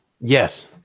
Yes